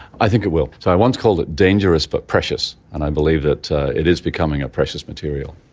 i think it will. so i once called it dangerous but precious, and i believe that it is becoming a precious material.